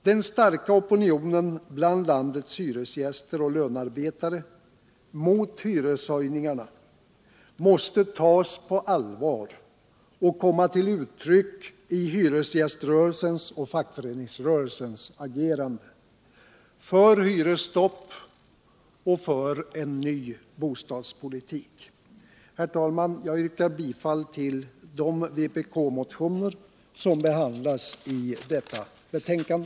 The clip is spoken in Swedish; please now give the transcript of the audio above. Den starka opinionen bland landets hyresgäster och lönarbetare mot hyreshöjningarna måste tas på allvar och komma till uttryck även i hyrcesgäströrelsens och fackföreningsrörelsens agerande, för hyresstopp och en ny bostadspolitik. Herr talman! Jag yrkar bifall till de vpk-motioner som behandlas i detta betänkande.